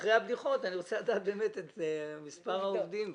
אחרי הבדיחות אני רוצה לדעת מה מספר העובדים בכלל.